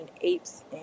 apes